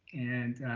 and